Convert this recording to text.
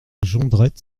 jondrette